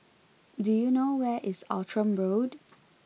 do you know where is Outram Road